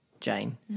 Jane